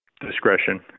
discretion